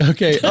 Okay